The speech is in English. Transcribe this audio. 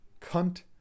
cunt